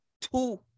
two